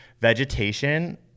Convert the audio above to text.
Vegetation